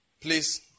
please